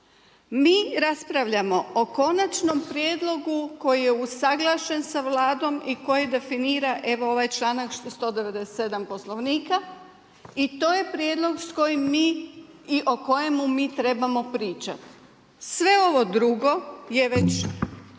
Mi raspravljamo o konačnom prijedlogu koji je usuglašen sa Vladom i koji definira evo ovaj članak 197. Poslovnika, i to je prijedlog s kojim mi i o kojemu mu trebamo pričat. Sve ovo drugo je već